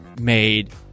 made